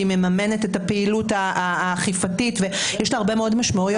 היא מממנת את הפעילות האכיפתית ויש לה הרבה מאוד משמעויות.